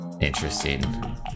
Interesting